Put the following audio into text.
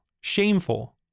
shameful